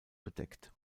bedeckt